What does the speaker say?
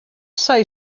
say